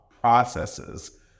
processes